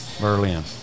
Berlin